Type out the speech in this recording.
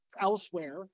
elsewhere